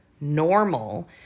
normal